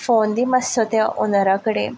तो फोन दी मातसो त्या ओनरा कडेन